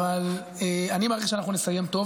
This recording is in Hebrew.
אני מעריך שאנחנו נסיים טוב.